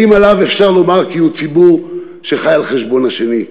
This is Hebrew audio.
האם עליו אפשר לומר כי הוא ציבור שחי על חשבון השני?